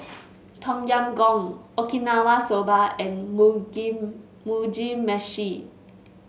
Tom Yam Goong Okinawa Soba and Mugi Meshi